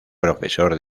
profesor